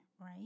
right